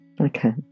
Okay